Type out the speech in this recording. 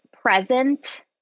present